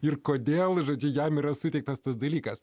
ir kodėl žodžiu jam yra suteiktas tas dalykas